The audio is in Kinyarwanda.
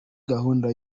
gahunda